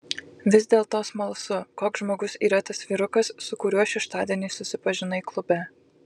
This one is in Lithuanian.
vis dėlto smalsu koks žmogus yra tas vyrukas su kuriuo šeštadienį susipažinai klube